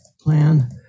plan